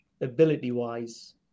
ability-wise